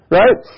right